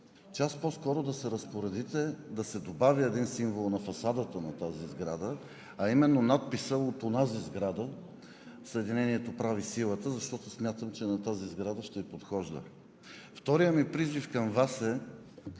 час по-скоро да се разпоредите да се добави един символ на фасадата на тази сграда, а именно надписът от онази сграда: „Съединението прави силата“, защото смятам, че на тази сграда ще ѝ подхожда. Вторият ми призив към Вас е